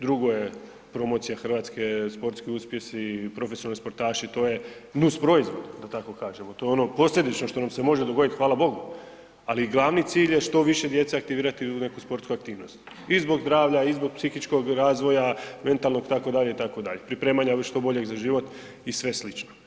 Drugo je promocija Hrvatske, sportski uspjesi, profesionalni sportaši to je nus proizvod da tako kažemo to je ono posljedično što nam se može dogoditi, hvala Bogu, ali glavni cilj je što više djece aktivirati u neku sportsku aktivnost i zbog zdravlja i zbog psihičkog razvoja, mentalnog, itd., itd., pripremanja što boljeg za život i sve sl.